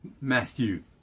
Matthew